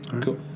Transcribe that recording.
Cool